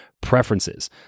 preferences